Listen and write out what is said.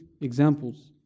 examples